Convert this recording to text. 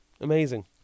Amazing